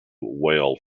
weyl